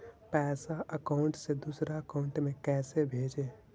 पैसा अकाउंट से दूसरा अकाउंट में कैसे भेजे?